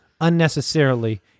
Unnecessarily